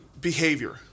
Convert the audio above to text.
behavior